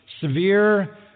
severe